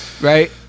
right